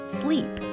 sleep